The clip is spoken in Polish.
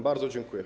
Bardzo dziękuję.